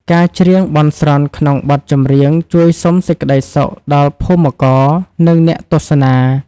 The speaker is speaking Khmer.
ការច្រៀងបន់ស្រន់ក្នុងបទចម្រៀង ជួយសុំសេចក្ដីសុខដល់ភូមិករ និងអ្នកទស្សនា។